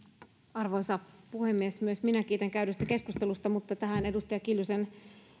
arvoisa puhemies myös minä kiitän käydystä keskustelusta mutta tähän edustaja kiljusen